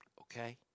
Okay